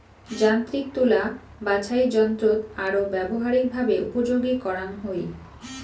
যান্ত্রিক তুলা বাছাইযন্ত্রৎ আরো ব্যবহারিকভাবে উপযোগী করাঙ হই